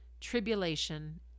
tribulation